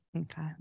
Okay